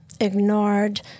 ignored